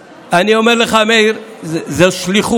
אולי תגיד מילה, אני אומר לך, מאיר, זו שליחות.